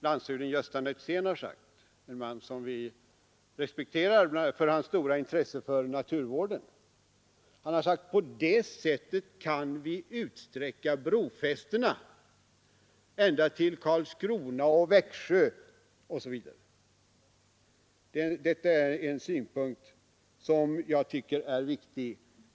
Landshövding Gösta Netzén, en man som vi respekterar bl.a. för hans stora intresse för naturvård, har sagt att vi på det sättet kan utsträcka brofästet ända till Karlskrona, Växjö osv. Det är en synpunkt, som jag tycker är viktig.